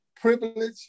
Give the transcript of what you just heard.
privilege